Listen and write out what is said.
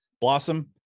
blossom